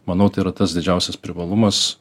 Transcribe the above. manau tai yra tas didžiausias privalumas